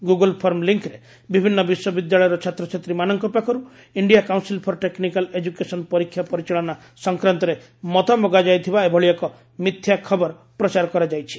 Google form ଲିଙ୍କ୍ରେ ବିଭିନ୍ନ ବିଶ୍ୱବିଦ୍ୟାଳୟର ଛାତ୍ରଛାତ୍ରୀ ମାନଙ୍କ ପାଖରୁ India council for technical education ପରୀକ୍ଷା ପରିଚାଳନା ସଂକ୍ରାନ୍ତରେ ମତ ମଗାଯାଇଥିବା ଏଭଳି ଏକ ମିଥ୍ୟା ଖବର ପ୍ରଚାର କରାଯାଇଛି